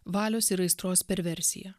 valios ir aistros perversiją